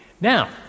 Now